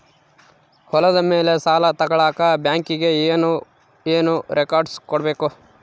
ಹೊಲದ ಮೇಲೆ ಸಾಲ ತಗಳಕ ಬ್ಯಾಂಕಿಗೆ ಏನು ಏನು ರೆಕಾರ್ಡ್ಸ್ ಕೊಡಬೇಕು?